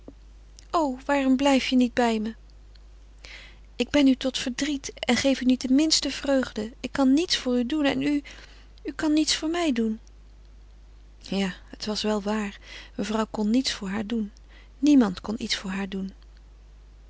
o waarom blijf je niet bij me ik ben u tot verdriet en geef u niet de minste vreugde ik kan niets voor u doen u kan niets voor mij doen ja het was wel waar mevrouw kon niets voor haar doen niemand kon iets voor haar doen